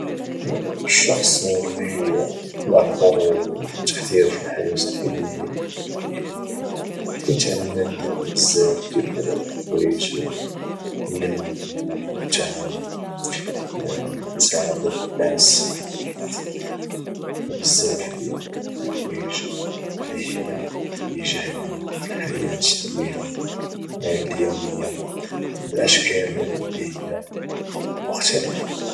الشخص اللي الاكثر تاثير في الحياة ديالي هي الام ديالي حيت علماتني بزاف ديال الحوايج اللي منهم التعامل ومساعدة الناس الاخرين وبزاف ديال الحوايج اللي هي اجابية في الحياة ديالي اليومية باشكال اللي هي مختلفة